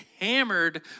hammered